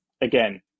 again